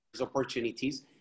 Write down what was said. opportunities